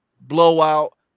blowout